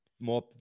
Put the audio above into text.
More